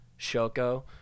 Shoko